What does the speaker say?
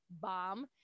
bomb